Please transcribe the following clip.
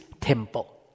temple